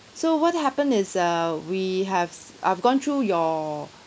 so what happened is err we have I've gone through your